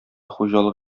хуҗалык